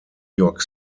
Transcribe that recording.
york